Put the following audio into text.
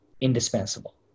indispensable